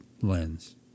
lens